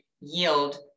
yield